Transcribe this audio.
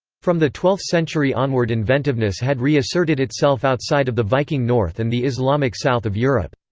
from the twelfth century onward inventiveness had re-asserted itself outside of the viking north and the islamic south of europe.